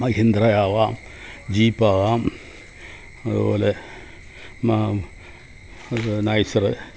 മഹീന്ദ്ര ആവാം ജീപ്പ് ആവാം അതുപോലെ മ ഐസർ